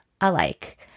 alike